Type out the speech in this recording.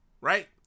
right